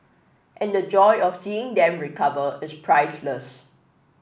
and the joy of seeing them recover is priceless